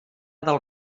del